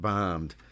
Bombed